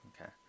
Okay